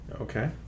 Okay